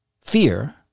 fear